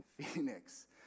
Phoenix